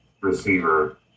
receiver